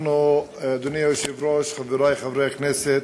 אדוני היושב-ראש, חברי חברי הכנסת,